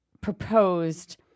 proposed